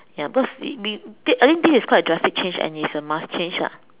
ya because we that I mean this is quite a drastic change and it's a must change ah